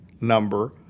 number